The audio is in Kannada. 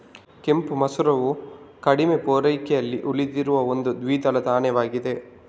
ಕೆಂಪು ಮಸೂರವು ಕಡಿಮೆ ಪೂರೈಕೆಯಲ್ಲಿ ಉಳಿದಿರುವ ಒಂದು ದ್ವಿದಳ ಧಾನ್ಯವಾಗಿದೆ